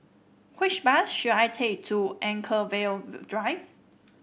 which bus should I take to Anchorvale Drive